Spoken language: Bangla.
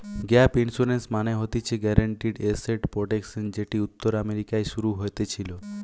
গ্যাপ ইন্সুরেন্স মানে হতিছে গ্যারান্টিড এসেট প্রটেকশন যেটি উত্তর আমেরিকায় শুরু হতেছিলো